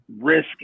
risk